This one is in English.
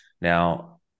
Now